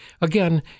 Again